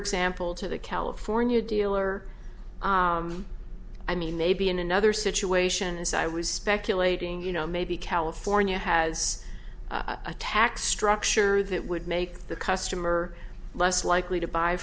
example to the california dealer i mean maybe in another situation as i was speculating you know maybe california has a tax structure that would make the customer less likely to buy